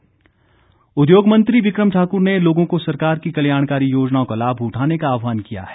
बिक्रम ठाकुर उद्योग मंत्री बिक्रम ठाक्र ने लोगों को सरकार की कल्याणकारी योजनाओं का लाभ उठाने का आहवान किया है